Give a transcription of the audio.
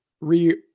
re